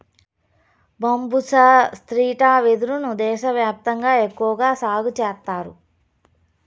బంబూసా stricta వెదురు ను దేశ వ్యాప్తంగా ఎక్కువగా సాగు చేత్తారు